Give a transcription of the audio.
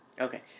Okay